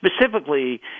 specifically